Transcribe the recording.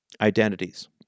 identities